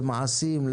למעשים,